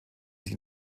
sich